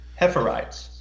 Heferites